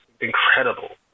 incredible